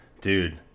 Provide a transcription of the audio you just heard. Dude